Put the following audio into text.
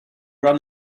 run